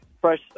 fresh